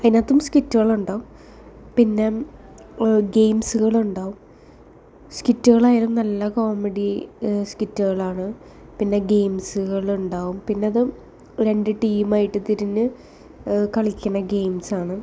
അതിനകത്തും സ്കിറ്റുകളുണ്ടാകും പിന്നെ ഗെയിംസുകളുണ്ടാകും സ്കിറ്റുകളായാലും നല്ല കോമഡി സ്കിറ്റുകളാണ് പിന്നെ ഗെയിംസുകളുണ്ടാവും പിന്നത് രണ്ട് ടീമായിട്ട് തിരിഞ്ഞ് കളിക്കുന്ന ഗെയിംസാണ്